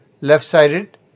left-sided